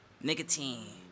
Nicotine